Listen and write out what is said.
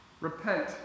Repent